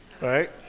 right